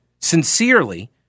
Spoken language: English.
sincerely